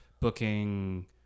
booking